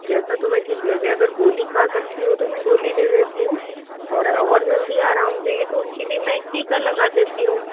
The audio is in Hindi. जैसा तुम्हें ठीक लगे अगर गोली खा सकती हो तो मैं गोली दे देती हूँ और और जल्दी आराम चाहिए तो उसके लिए मैं एक टीका लगा देती हूँ